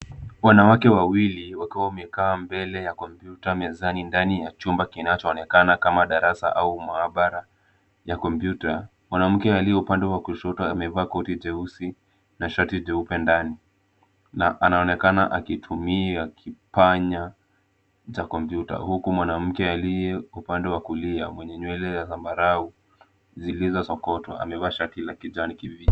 Wanawake wawili wakiwa wamekaa mbele ya kompyuta mezani ndani ya chumba kinachoonekana kama darasa au maabara ya kompyuta. Mwanamke aliye upande wa kushoto amevaa koti jeusi na shati jeupe ndani na anaonekana akitumia kipanya cha kompyuta huku mwanamke aliye upande wa kulia mwenye nywele ya zambarau zilizosokotwa amevaa shati la kijani kibichi.